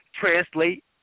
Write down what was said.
translate